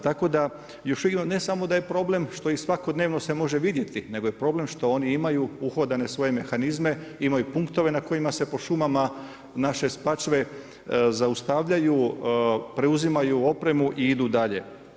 Tako da, još uvijek ne samo da je problem što ih svakodnevno se može vidjeti, nego je problem što oni imaju uhodane svoje mehanizme, imaju punktove na kojima se po šumama naše Spačve zaustavljaju, preuzimaju opremu i idu dalje.